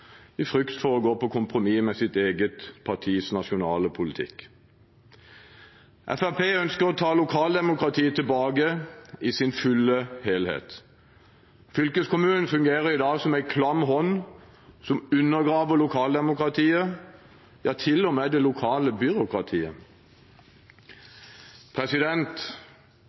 for å gå på kompromiss med sitt eget partis nasjonale politikk. Fremskrittspartiet ønsker å ta lokaldemokratiet tilbake i sin fulle helhet. Fylkeskommunen fungerer i dag som en klam hånd som undergraver lokaldemokratiet – ja, til og med det lokale byråkratiet.